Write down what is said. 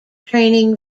training